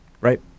Right